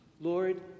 Lord